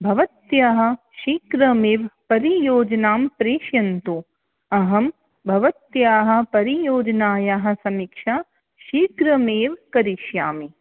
भवत्याः शीघ्रमेव परियोजनां प्रेषयन्तु अहं भवत्याः परियोजनायाः समीक्षा शीघ्रमेव करिष्यामि